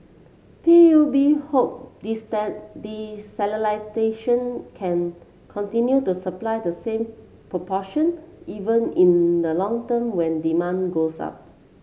P U B hope desalination can continue to supply the same proportion even in the long term when demand goes up